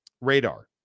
radar